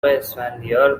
اسفندیار